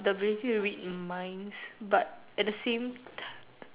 the ability to read minds but at the same time